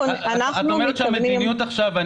את אומרת שהמדיניות עכשיו,